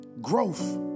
growth